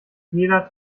jeder